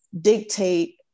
dictate